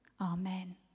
Amen